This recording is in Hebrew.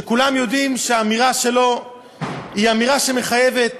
שכולם יודעים שאמירה שלו היא אמירה שמחייבת,